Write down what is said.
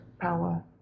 power